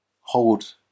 Hold